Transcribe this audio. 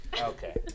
Okay